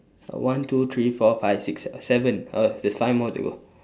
one two three four five six seven err there's five more to go